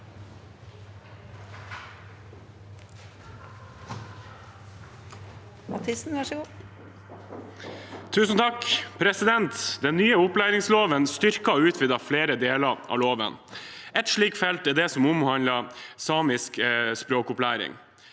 (A) I den nye opplæ- ringsloven styrkes og utvides flere deler av loven. Et slikt felt er det som omhandler samisk språkopplæring.